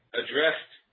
addressed